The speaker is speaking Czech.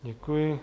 Děkuji.